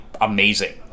amazing